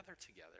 together